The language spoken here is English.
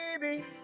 baby